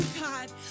God